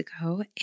ago